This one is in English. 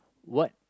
what